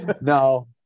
No